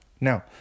Now